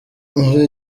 muri